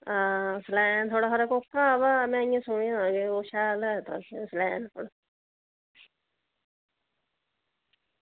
हां सनाया थोह्ड़ा हारा कोह्का बा में इं'या सुनेआ हा